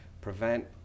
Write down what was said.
prevent